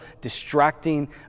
distracting